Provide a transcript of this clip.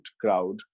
crowd